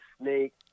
snake